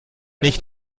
nicht